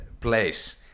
place